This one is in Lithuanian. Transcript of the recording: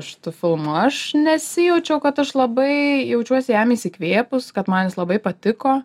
šitu filmu aš nesijaučiau kad aš labai jaučiuosi jam įsikvėpus kad man jis labai patiko